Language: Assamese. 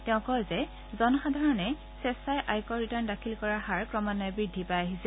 তেওঁ কয় যে জনসাধাৰণে স্বেছাই আয়কৰ ৰিটাৰ্ণ দাখিল কৰাৰ হাৰ ক্ৰমাঘয়ে বৃদ্ধি পাই আহিছে